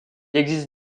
existe